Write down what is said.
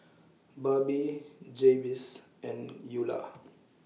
Barbie Jabez and Eulah